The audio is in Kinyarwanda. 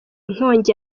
nkongi